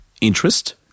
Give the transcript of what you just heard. interest